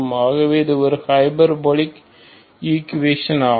ஆகவே இது ஒரு ஹைபர்போலிக் ஈக்கு வேஷன் ஆகும்